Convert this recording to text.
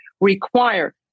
require